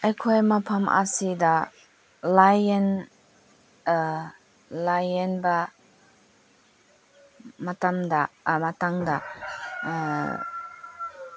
ꯑꯩꯈꯣꯏ ꯃꯐꯝ ꯑꯁꯤꯗ ꯂꯥꯌꯦꯡꯕ ꯃꯇꯝꯗ ꯑꯃꯇꯪꯗ